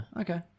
Okay